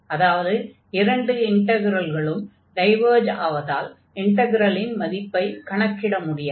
அதாவது இரண்டு இன்டக்ரல்களும் டைவர்ஜ் ஆவதால் இன்டக்ரலின் மதிப்பைக் கணக்கிட முடியாது